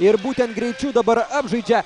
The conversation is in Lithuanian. ir būtent greičiu dabar apžaidžia